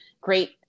great